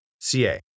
CA